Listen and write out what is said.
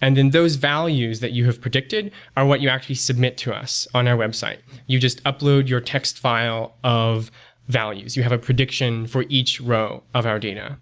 and in those values that you have predicted are what you actually submit to us on our website. you just upload your text file of values. you have a prediction for each row of our data